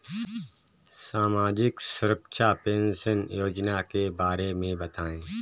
सामाजिक सुरक्षा पेंशन योजना के बारे में बताएँ?